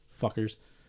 Fuckers